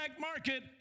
market